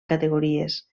categories